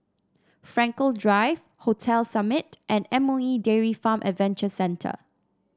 Frankel Drive Hotel Summit and M O E Dairy Farm Adventure Centre